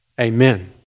Amen